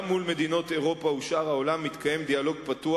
גם מול מדינות אירופה ושאר העולם מתקיים דיאלוג פתוח,